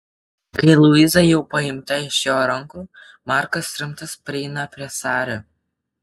kai luiza jau paimta iš jo rankų markas rimtas prieina prie sari